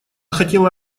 хотела